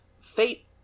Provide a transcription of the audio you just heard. fate